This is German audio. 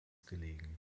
gelegen